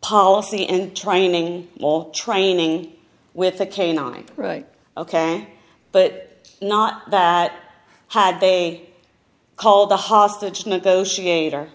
policy and training or training with the canine ok but not that had they called the hostage negotiator